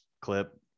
clip